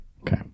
Okay